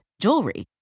jewelry